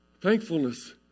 Thankfulness